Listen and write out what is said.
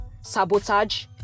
sabotage